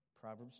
Proverbs